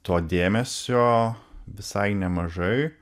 to dėmesio visai nemažai